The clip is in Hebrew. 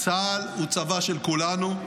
צה"ל הוא צבא של כולנו.